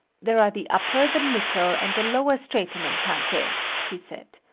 there are the upper, the middle and the lower stratum in tankei, he said.